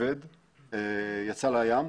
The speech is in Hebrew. כבד יצא לים.